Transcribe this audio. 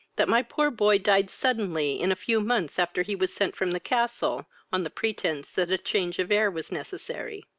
that my poor boy died suddenly, in a few months after he was sent from the castle, on the pretence that change of air was necessary.